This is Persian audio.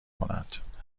کند